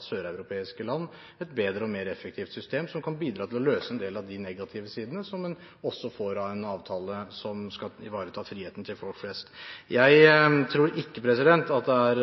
søreuropeiske land et bedre og mer effektivt system som kan bidra til å løse en del av de negative sidene som en også får av en avtale som skal ivareta friheten til folk flest. Jeg tror ikke at det er